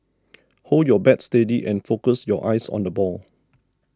hold your bat steady and focus your eyes on the ball